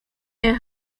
est